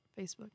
Facebook